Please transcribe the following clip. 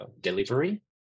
delivery